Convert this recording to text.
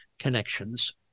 connections